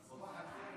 כמה זמן יש לך,